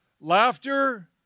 Laughter